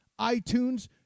iTunes